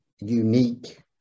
unique